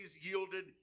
yielded